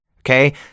Okay